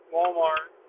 Walmart